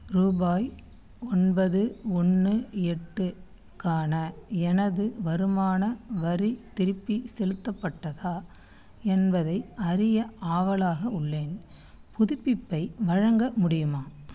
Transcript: ரூபாய் ஒன்பது ஒன்று எட்டுக்கான எனது வருமான வரி திருப்பி செலுத்தப்பட்டதா என்பதை அறிய ஆவலாக உள்ளேன் புதுப்பிப்பை வழங்க முடியுமா